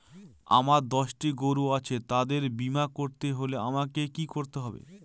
আমার দশটি গরু আছে তাদের বীমা করতে হলে আমাকে কি করতে হবে?